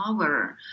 power